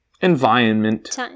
environment